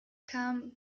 kam